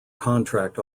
contract